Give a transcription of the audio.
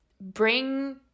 bring